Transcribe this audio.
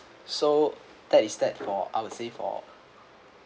so that is that for I would say for